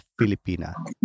Filipina